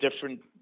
different